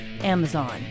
amazon